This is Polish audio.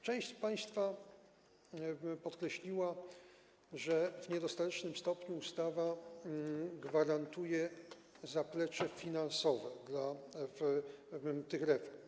Część z państwa podkreśliła, że w niedostatecznym stopniu ustawa gwarantuje zaplecze finansowe dla tych reform.